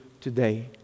today